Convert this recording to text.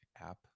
APP